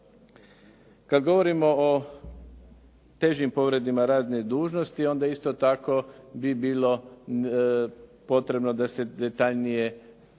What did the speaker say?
Kad govorimo o težim povredama radne dužnosti onda isto tako bi bilo potrebno da se detaljnije to